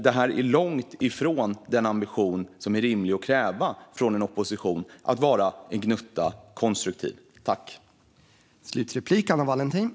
Det är långt ifrån den ambition om att vara en gnutta konstruktiv som det är rimligt att kräva av en opposition.